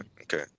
okay